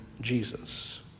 Jesus